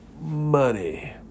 money